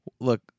look